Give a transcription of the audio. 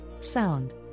sound